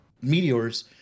meteors